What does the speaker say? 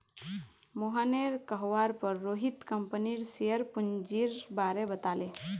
मोहनेर कहवार पर रोहित कंपनीर शेयर पूंजीर बारें बताले